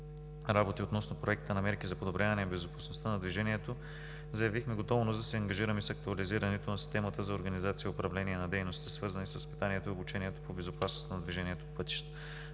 работи относно Проекта на мерки за подобряване на безопасността на движението заявихме готовност да се ангажираме с актуализирането на системата за организация и управление на дейностите, свързани с възпитанието и обучението по безопасност на движението по пътищата.